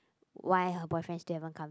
why her boyfriend still haven't come